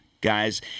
Guys